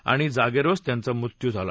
आणि जागेवरच त्यांचा मृत्यू झाला